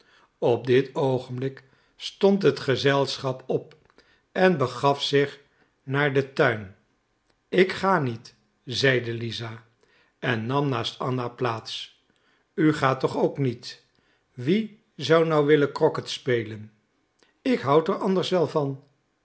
op dit oogenblik stond het gezelschap op en begaf zich naar den tuin ik ga niet zeide lisa en nam naast anna plaats u gaat toch ook niet wie zou nu willen crocketspelen ik houd er anders wel van